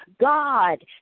God